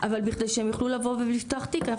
אבל בכדי שהם יוכלו לבוא ולפתוח תיק אנחנו